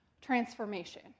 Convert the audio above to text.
transformation